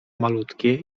malutkie